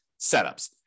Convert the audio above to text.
setups